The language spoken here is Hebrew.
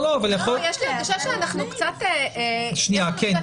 יש לי הרגשה שיש קצת אי-סדר.